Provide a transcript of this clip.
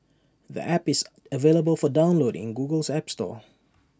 the app is available for download in Google's app store